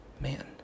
man